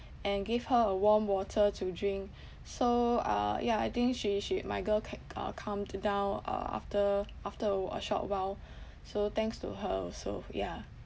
and give her a warm water to drink so uh ya I think she she my girl ca~ uh calmed down uh after after a wh~ a short while so thanks to her also yeah